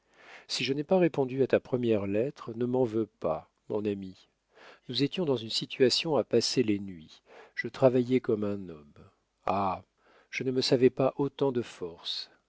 si je n'ai pas répondu à ta première lettre ne m'en veux pas mon ami nous étions dans une situation à passer les nuits je travaillais comme un homme ah je ne me savais pas autant de force